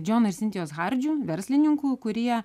džono ir sintijos hardžių verslininkų kurie